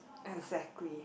exactly